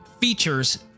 features